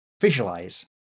Visualize